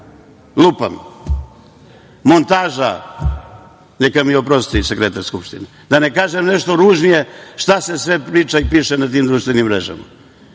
lupam, montaža. Neka mi oprosti sekretar Skupštine. Da ne kažem nešto ružnije šta se sve priča i piše na tim društvenim mrežama. Kako